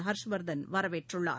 ஹர்ஷ்வர்தன் வரவேற்றுள்ளார்